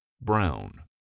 Brown